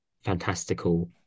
fantastical